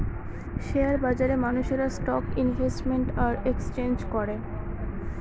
share বাজারে মানুষেরা stock invest আর এক্সচেঞ্জ করে